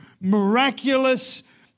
miraculous